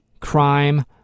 crime